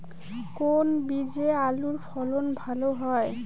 কোন বীজে আলুর ফলন ভালো হয়?